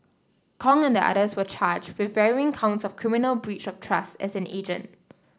Kong and the others were charged with varying counts of criminal breach of trust as an agent